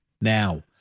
Now